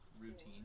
routine